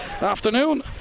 afternoon